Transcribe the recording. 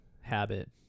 habit